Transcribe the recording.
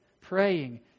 praying